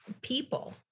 people